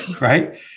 Right